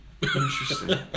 Interesting